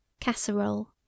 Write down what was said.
Casserole